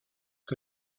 que